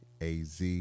AZ